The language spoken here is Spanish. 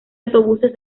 autobuses